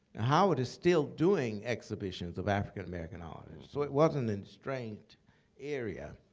howard is still doing exhibitions of african-american artists. so it wasn't and estranged area.